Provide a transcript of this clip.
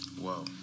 whoa